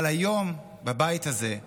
אבל היום אני